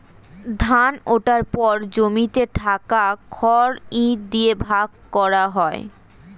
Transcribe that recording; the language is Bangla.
ধান ওঠার পর জমিতে থাকা খড় ইট দিয়ে ভাগ করা হয়